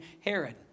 Herod